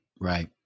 right